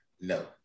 No